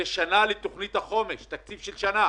זה שנה לתוכנית החומש, תקציב של שנה.